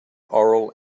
oral